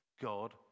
God